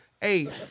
Hey